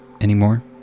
...anymore